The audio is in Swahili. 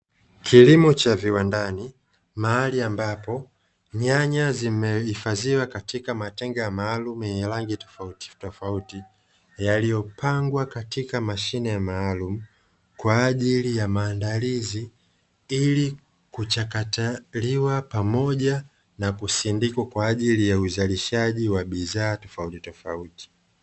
Kilimo cha viwandani mahali ambapo nyanya zimehifadhiwa katika matenga maalumu yenye rangi tofauti tofauti yaliyopangwa katika mashine maalumu kwa ajili ya maandalizi, ili kuchakataliwa pamoja na kusindikwa kwa ajili ya usindikaji wa bidhaa tofauti tofauti.